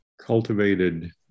cultivated